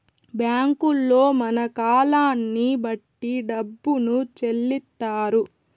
బ్యాంకుల్లో మన కాలాన్ని బట్టి డబ్బును చెల్లిత్తారు